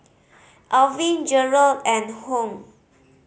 Alvin Jerald and Hung